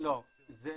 זה.